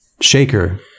Shaker